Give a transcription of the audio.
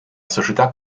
società